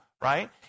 right